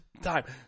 time